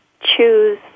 choose